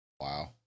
Wow